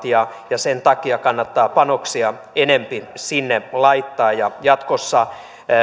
ja sen takia kannattaa panoksia enempi sinne laittaa jatkossa